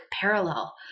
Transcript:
parallel